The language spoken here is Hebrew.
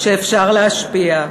שאפשר להשפיע,